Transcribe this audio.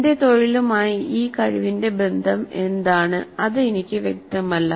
എന്റെ തൊഴിലുമായി ഈ കഴിവിന്റെ ബന്ധം എന്താണ് അത് എനിക്ക് വ്യക്തമല്ല